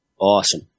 Awesome